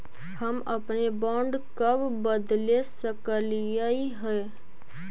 हम अपने बॉन्ड कब बदले सकलियई हे